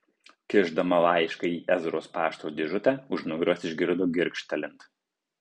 kišdama laišką į ezros pašto dėžutę už nugaros išgirdo girgžtelint